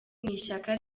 n’ishyaka